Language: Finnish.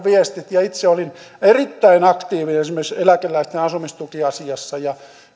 viestit itse olin erittäin aktiivinen esimerkiksi eläkeläisten asumistukiasiassa ja